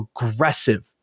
aggressive